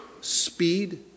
speed